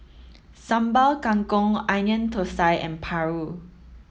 Sambal Kangkong onion Thosai and Paru